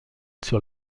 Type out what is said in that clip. sur